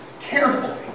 carefully